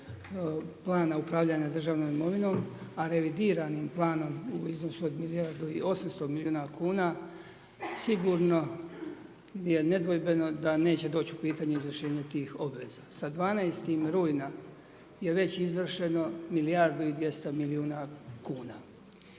plana upravljanja državnom imovinom, a revidiranim planom u iznosu od milijardu i 800milijuna kuna, sigurno je nedvojbeno da neće doći u pitanje izvršenje tih obveza. Sa 12.9. je već izvršeno milijardu i 200 milijuna kuna.